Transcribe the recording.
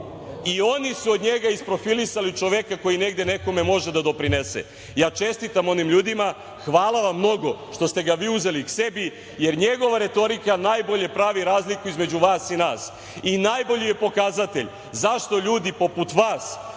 I oni su od njega isprofilisali čoveka koji negde nekome može da doprinese. Ja čestitam onim ljudima. Hvala vam mnogo što ste ga vi uzeli sebi, jer njegova retorika najbolje pravi razliku između vas i nas. I najbolji je pokazatelj zašto ljudi poput vas